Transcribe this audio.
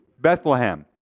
Bethlehem